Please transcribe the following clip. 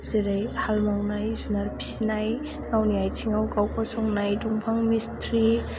जेरै हाल मावनाय जुनार फिसिनाय गावनि आथिंआव गाव गसंनाय दंफां मिस्ट्रि